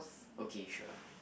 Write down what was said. okay sure